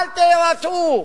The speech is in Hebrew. אל תוותרו.